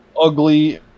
Ugly